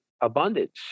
abundance